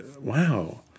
wow